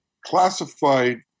classified